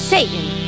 Satan